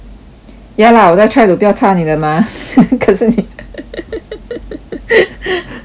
ya lah 我在 try to 不要插你的 mah 可是你